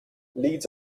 leads